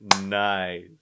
Nice